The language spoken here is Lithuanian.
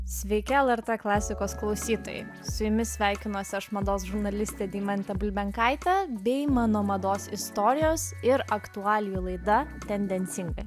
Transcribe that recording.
sveiki lrt klasikos klausytojai su jumis sveikinasi aš mados žurnalistė deimantė bulbenkaitė bei mano mados istorijos ir aktualijų laida tendencingai